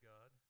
God